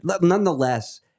nonetheless